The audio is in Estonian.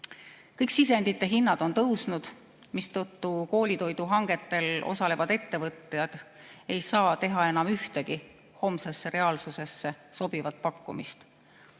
sisendite hinnad on tõusnud, mistõttu koolitoiduhangetel osalevad ettevõtjad ei saa teha enam ühtegi homsesse reaalsusesse sobivat pakkumist.